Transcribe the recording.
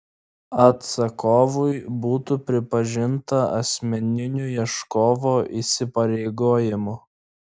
atsakovui būtų pripažinta asmeniniu ieškovo įsipareigojimu